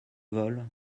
vol